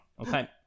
okay